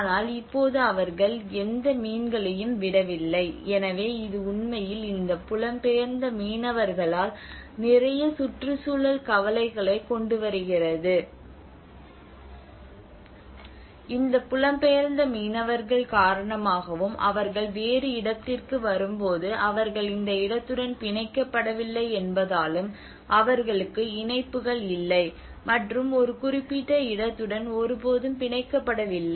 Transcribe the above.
ஆனால் இப்போது அவர்கள் எந்த மீன்களையும் விடவில்லை எனவே இது உண்மையில் இந்த புலம் பெயர்ந்த மீனவர்களால் நிறைய சுற்றுச்சூழல் கவலைகளை கொண்டுவருகிறது இந்த புலம்பெயர்ந்த மீனவர்கள் காரணமாகவும் அவர்கள் வேறு இடத்திற்கு வரும்போது அவர்கள் இந்த இடத்துடன் பிணைக்கப்படவில்லை என்பதாலும் அவர்களுக்கு இணைப்புகள் இல்லை மற்றும் ஒரு குறிப்பிட்ட இடத்துடன் ஒருபோதும் பிணைக்கப்படவில்லை